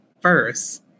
first